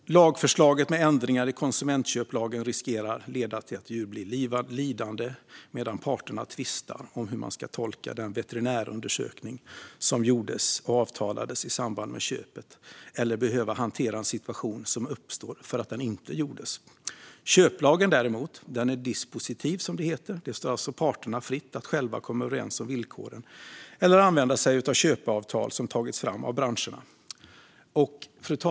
Lagförslaget med ändringar i konsumentköplagen riskerar att leda till att djur blir lidande medan parterna tvistar om hur de ska tolka den veterinärundersökning som gjordes och avtalades i samband med köpet eller behöva hantera en situation som uppstår för att den inte gjordes. Köplagen däremot är dispositiv. Det står alltså parterna fritt att själva komma överens om villkoren eller använda sig av köpeavtal som har tagits fram av branscherna.